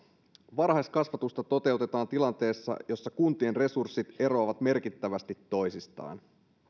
varhaiskasvatusta toteutetaan tilanteessa jossa kuntien resurssit eroavat merkittävästi toisistaan